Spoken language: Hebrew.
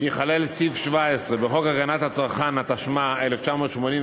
שייכלל סעיף 17 בחוק הגנת הצרכן, התשמ"א 1981,